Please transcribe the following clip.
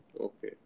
Okay